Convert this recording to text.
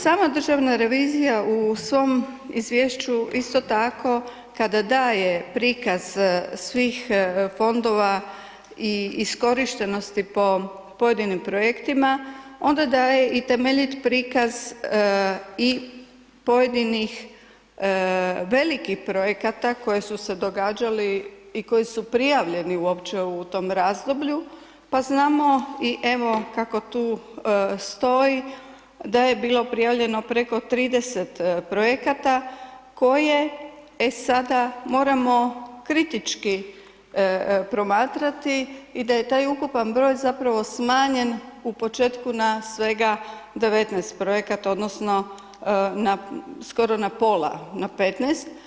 Sama državna revizija u svom izvješću isto tako kada daje prikaz svih fondova i iskorištenosti po pojedinim projektima onda daje i temeljit prikaz i pojedinih velikih projekata koji su se događali i koji su prijavljeni uopće u tom razdoblju, pa znamo i evo kako tu stoji da je bilo prijavljeno preko 30 projekata koje e sada moramo kritički promatrati i da je taj ukupan broj zapravo smanjen u početku na svega 19 projekata odnosno skoro na pola na 15.